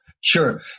Sure